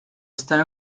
están